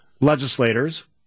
legislators